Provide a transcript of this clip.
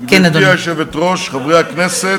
גברתי היושבת-ראש, חברי הכנסת,